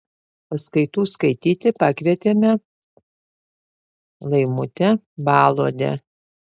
paskaitų skaityti pakvietėme laimutę baluodę